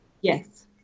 Yes